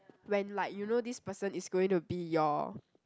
when like you know this person is going to be your